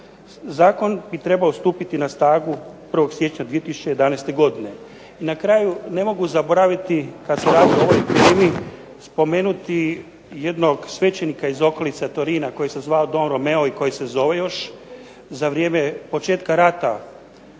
Zakon bi trebao stupiti na snagu 1. siječnja 2011. godine. I na kraju ne mogu zaboraviti kada se radi o ovoj temi spomenuti jednog svećenika iz okolice Torina koji se zvao Don Romeo i koji se zove još. Za vrijeme početka rata